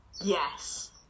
Yes